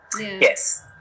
yes